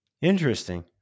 interesting